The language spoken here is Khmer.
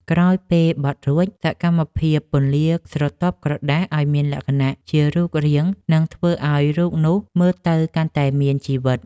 ក្រោយពេលបត់រួច សកម្មភាពពន្លាស្រទាប់ក្រដាសឱ្យមានលក្ខណៈជារូបរាង នឹងធ្វើឱ្យរូបនោះមើលទៅកាន់តែមានជីវិត។